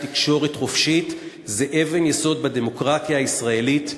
תקשורת חופשית היא אבן-יסוד בדמוקרטיה הישראלית,